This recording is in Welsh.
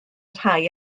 rhai